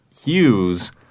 Hughes